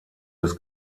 des